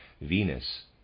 Venus